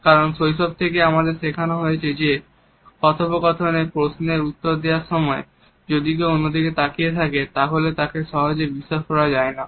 কারণ শৈশব থেকেই আমাদের শেখানো হয়েছে যে কথোপকথনে প্রশ্নের উত্তর দেওয়ার সময় যদি কেউ অন্যদিকে তাকিয়ে থাকে তাহলে তাকে সহজে বিশ্বাস করা যায় না